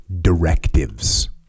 directives